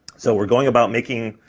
so we're going about making